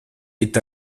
est